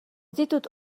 ditut